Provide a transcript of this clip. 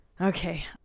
Okay